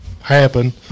happen